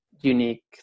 unique